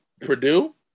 Purdue